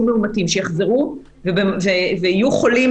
הם עמדו שם בלחצים מטורפים, עשו עבודה מסביב